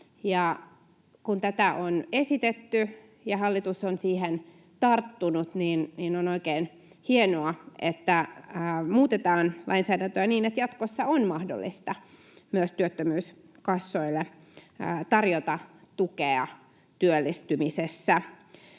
kun tätä on esitetty ja hallitus on siihen tarttunut, niin on oikein hienoa, että muutetaan lainsäädäntöä niin, että jatkossa on mahdollista myös työttömyyskassojen tarjota tukea työllistymisessä.